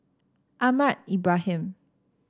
Ahmad Ibrahim